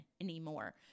anymore